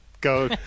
go